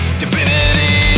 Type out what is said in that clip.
divinity